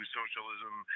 socialism